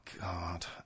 God